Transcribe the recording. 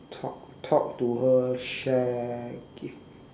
talk talk to her share give